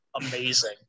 amazing